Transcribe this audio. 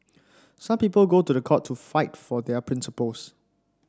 some people go to the court to fight for their principles